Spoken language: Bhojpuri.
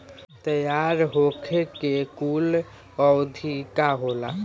तैयार होखे के कूल अवधि का होला?